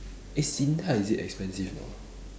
eh SINDA is it expensive not ah